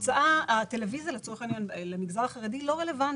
הטלוויזיה למגזר החרדי לא רלוונטית,